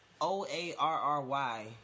O-A-R-R-Y